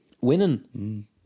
Winning